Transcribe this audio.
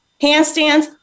handstands